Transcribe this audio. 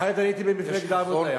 אחרת הייתי במפלגת העבודה.